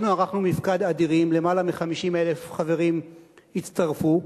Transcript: ערכנו מפקד, למעלה מ-50,000 חברים הצטרפו,